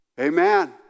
Amen